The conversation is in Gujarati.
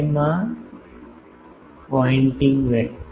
માં પોઇન્ટીંગ વેક્ટર